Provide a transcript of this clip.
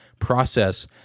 process